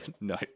No